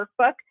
Workbook